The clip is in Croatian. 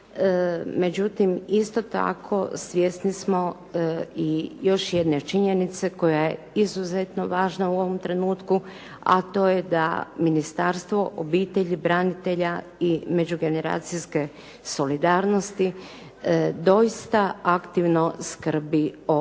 međutim, isto tako svjesni smo i još jedne činjenice koja je izuzetno važna u ovom trenutku, a to je da Ministarstvo obitelji, branitelja i međugeneracijske solidarnosti doista aktivno skrbi o